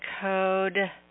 code